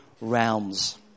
realms